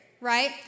right